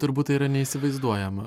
turbūt tai yra neįsivaizduojama